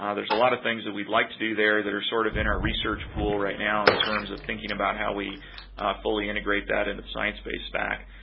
there's a lot of things that we'd like to do there that are sort of in our research pool right now in terms of thinking about how we fully integrate that into sciencebase back.